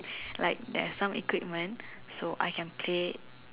like there's some equipment so I can play